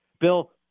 Bill